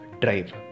drive